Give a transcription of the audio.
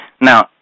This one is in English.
Now